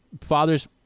father's